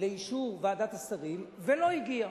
לאישור ועדת השרים, ולא הגיע.